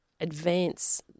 advance